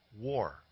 war